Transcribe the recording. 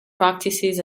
practices